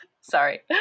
Sorry